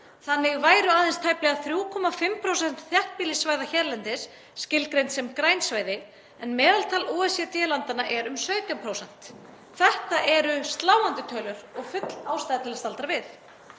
Þannig væru aðeins tæplega 3,5% þéttbýlissvæða hérlendis skilgreind sem græn svæði en meðaltal OECD-landanna er um 17%. Þetta eru sláandi tölur og full ástæða til að staldra við.